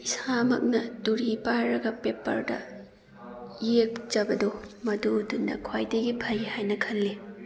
ꯏꯁꯥꯃꯛꯅ ꯇꯨꯔꯤ ꯄꯥꯏꯔꯒ ꯄꯦꯄꯔꯗ ꯌꯦꯛꯆꯕꯗꯣ ꯃꯗꯨꯗꯨꯅ ꯈ꯭ꯋꯥꯏꯗꯒꯤ ꯐꯩ ꯍꯥꯏꯅ ꯈꯜꯂꯤ